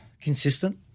consistent